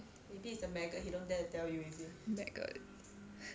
maggot